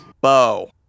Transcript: Bo